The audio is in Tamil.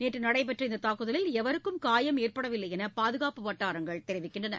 நேற்று நடைபெற்ற இந்த தாக்குதலில் எவருக்கும் காயம் ஏற்படவில்லை என்று பாதுகாப்பு வட்டாரங்கள் தெரிவிக்கின்றன